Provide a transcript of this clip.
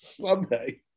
someday